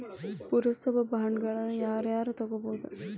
ಪುರಸಭಾ ಬಾಂಡ್ಗಳನ್ನ ಯಾರ ಯಾರ ತುಗೊಬೊದು?